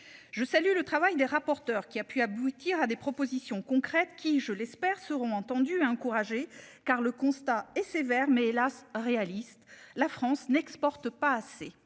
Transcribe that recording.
Je salue le travail des rapporteurs qui a pu aboutir à des propositions concrètes qui je l'espère seront entendus encourager car le constat est sévère mais hélas réaliste. La France n'exporte pas assez.